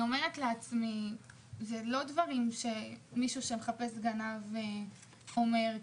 אמרתי לעצמי שאלה לא דברים שמישהו שמחפש גנב אומר,